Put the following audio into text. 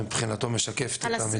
ומבחינתו משקפת את המדיניות.